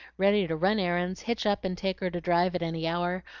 ready to run errands, hitch up and take her to drive at any hour,